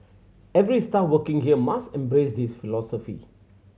every staff working here must embrace this philosophy